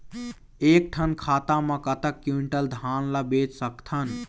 एक ठन खाता मा कतक क्विंटल धान ला बेच सकथन?